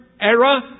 era